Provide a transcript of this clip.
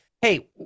Hey